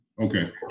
Okay